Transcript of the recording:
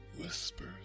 Whispers